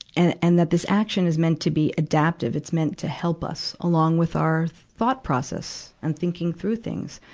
and, and that this action is meant to be adaptive. it's meant to help us, along with our thought process and thinking through things,